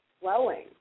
flowing